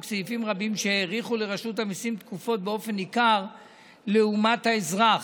סעיפים רבים שהאריכו לרשות המיסים תקופות באופן ניכר לעומת האזרח.